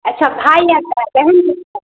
अच्छा भाई आता है बहन